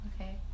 okay